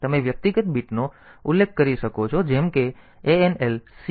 તેથી તમે વ્યક્તિગત બીટનો ઉલ્લેખ કરી શકો છો જેમ કે ANL C bit